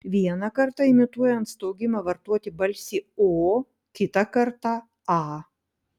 vieną kartą imituojant staugimą vartoti balsį o kitą kartą a